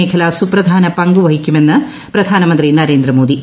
മേഖല സുപ്രധാന പങ്കുവഹിക്കുമെന്ന് പ്രധാനമന്ത്രി നരേന്ദ്രമോദി